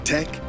Tech